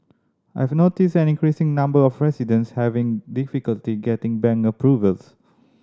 I've noticed an increasing number of residents having difficulty getting bank approvals